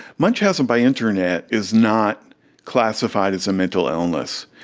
munchausen by internet is not classified as a mental illness.